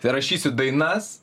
tai rašysiu dainas